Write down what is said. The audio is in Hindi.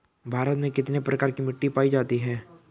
भारत में कितने प्रकार की मिट्टी पाई जाती हैं?